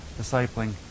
discipling